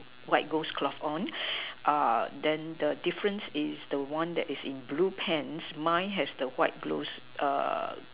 white ghost cloth on then the difference is the one that's in blue pants mine is in white ghost